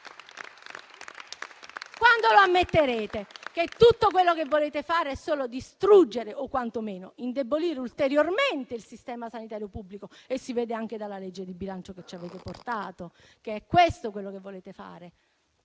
Quando ammetterete che tutto quello che volete fare è solo distruggere o quantomeno indebolire ulteriormente il Sistema sanitario pubblico? Si vede anche dalla legge di bilancio che ci avete presentato, che è questo quello che volete fare.